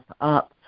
up